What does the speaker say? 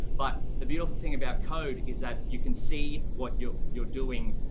but the beautiful thing about code is that you can see what you're you're doing.